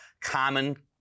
common